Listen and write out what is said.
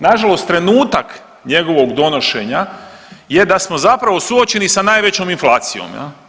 Nažalost trenutak njegovog donošenja je da smo zapravo suočeni sa najvećoj inflacijom.